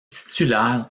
titulaire